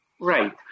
Right